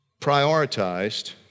prioritized